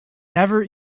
never